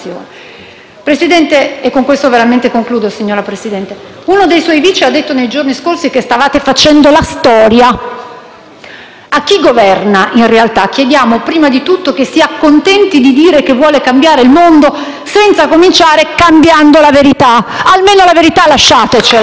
ascoltata con molta attenzione. Presidente, uno dei suoi Vice Presidenti ha detto nei giorni scorsi che stavate facendo la storia. A chi governa, in realtà, chiediamo prima di tutto che si accontenti di dire che vuole cambiare il mondo senza cominciare cambiando la verità. Almeno la verità lasciatecela.